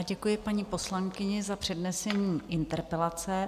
Děkuji paní poslankyni za přednesení interpelace.